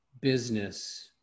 business